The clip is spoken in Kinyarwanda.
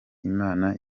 imana